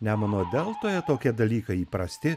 nemuno deltoje tokie dalykai įprasti